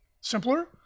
simpler